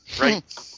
right